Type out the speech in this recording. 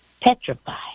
petrified